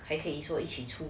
还可以说一起出